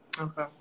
Okay